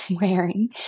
wearing